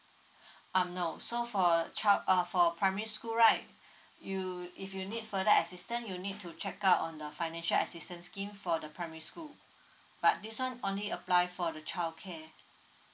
um no so for child err for primary school right you if you need further assistance you need to check out on the financial assistance scheme for the primary school but this one only apply for the childcare